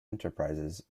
enterprises